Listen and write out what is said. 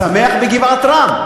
שמח בגבעת-רם,